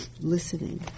listening